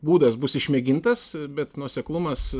būdas bus išmėgintas bet nuoseklumas